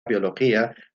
biología